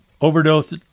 Overdose